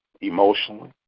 emotionally